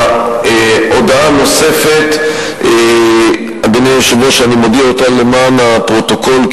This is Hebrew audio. אני מודיע הודעה נוספת למען הפרוטוקול,